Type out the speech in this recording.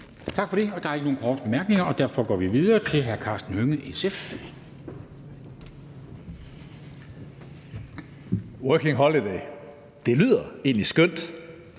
Tak for det. Der er ikke nogen korte bemærkninger, og derfor går vi videre til hr. Karsten Hønge, SF. Kl. 17:45 (Ordfører) Karsten Hønge